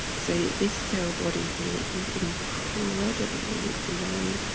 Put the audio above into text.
so this cell body here is incredibly long.